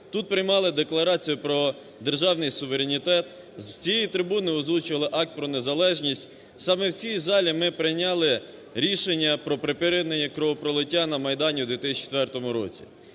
тут приймали Декларацію про державний суверенітет, з цієї трибуни озвучували Акт про незалежність, саме в цій залі ми прийняли рішення про припинення кровопролиття на Майдані у 2004 році.